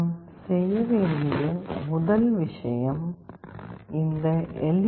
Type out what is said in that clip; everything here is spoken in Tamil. நான் செய்ய வேண்டிய முதல் விஷயம் இந்த எல்